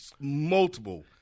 multiple